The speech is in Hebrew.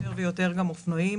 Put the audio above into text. תכניות יפות, לא מעבר לזה.